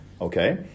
Okay